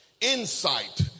insight